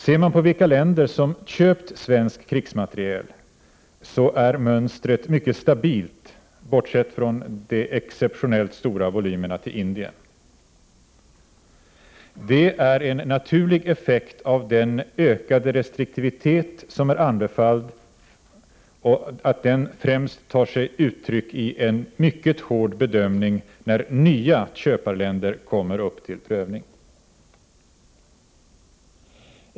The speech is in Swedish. Ser man på vilka länder som köpt svensk krigsmateriel, finner vi att mönstret är mycket stabilt bortsett från de exceptionellt stora volymerna till Indien. Det är en naturlig effekt av att den ökade restriktivitet som är anbefalld främst tar sig uttryck i en mycket hård bedömning när nya köparländer kommer upp till prövning.